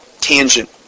tangent